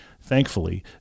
thankfully